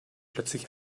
plötzlich